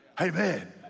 Amen